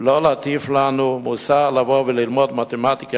ולא להטיף לנו מוסר ללמוד מתמטיקה,